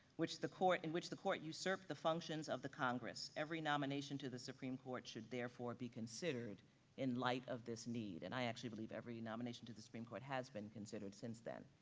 which the court, in which the court usurped the functions of the congress, every nomination to the supreme court should therefore be considered in light of this need. and i actually believe every nomination to the supreme court has been considered since then,